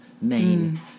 main